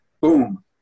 boom